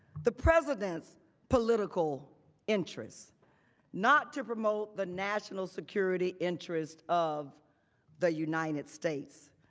the presidents political interest not to promote the national security interest of the united states.